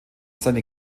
seine